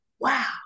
wow